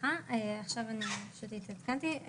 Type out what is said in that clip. עכשיו התעדכנתי,